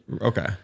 Okay